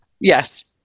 yes